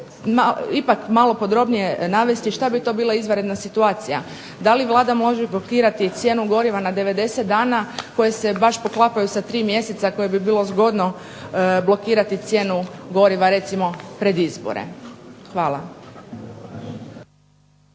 ali malo podrobnije navesti što bi to bila izvanredna situacija, da li Vlada može blokirati cijenu goriva na 90 dana koje se poklapaju sa tri mjeseca za koje bi bilo zgodno blokirati cijenu goriva pred izbore. Hvala.